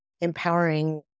empowering